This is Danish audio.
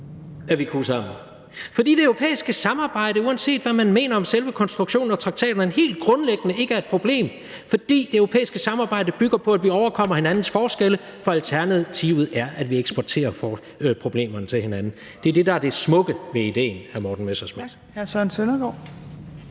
at vi kunne sammen. For det europæiske samarbejde er, uanset hvad man mener om selve konstruktionen og traktaten, helt grundlæggende ikke et problem, fordi det europæiske samarbejde bygger på, at vi overkommer hinandens forskelle, for alternativet er, at vi eksporterer problemerne til hinanden. Det er det, der er det smukke ved idéen, hr. Morten Messerschmidt.